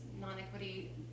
non-equity